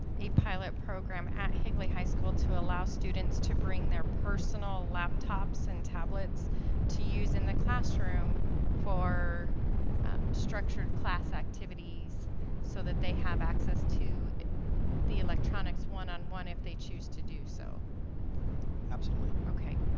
a pilot program at higley high school to allow students to bring their personal laptops and tablets to use in the classrooms for structured class activities so, that they have access to the electronics one on one if they choose to do so absolutely dr.